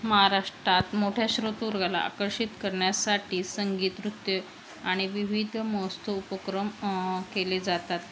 महाराष्ट्रात मोठ्या श्रोतृवर्गाला आकर्षित करण्यासाठी संगीत नृत्य आणि विविध मस्त उपक्रम केले जातात